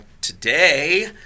today